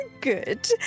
good